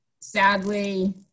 Sadly